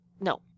No